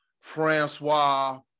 Francois